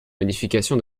modification